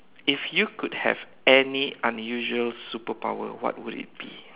if you could have any unusual superpower what will it be